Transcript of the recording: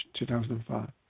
2005